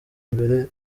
mbere